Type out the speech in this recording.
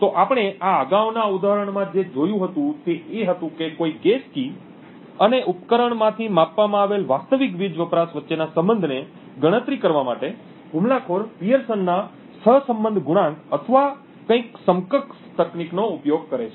તો આપણે આ અગાઉના ઉદાહરણમાં જે જોયું હતું તે એ હતું કે કોઈ guess key અને ઉપકરણમાંથી માપવામાં આવેલ વાસ્તવિક વીજ વપરાશ વચ્ચેના સંબંધને ગણતરી કરવા માટે હુમલાખોર પીઅર્સનના સહસંબંધ ગુણાંક અથવા કંઈક સમકક્ષ નો ઉપયોગ કરે છે